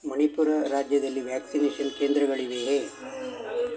ಮಣಿಪುರ ರಾಜ್ಯದಲ್ಲಿ ವ್ಯಾಕ್ಸಿನೇಷನ್ ಕೇಂದ್ರಗಳಿವೆಯೇ